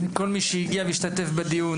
לכל מי שהגיע והשתתף בדיון,